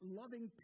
loving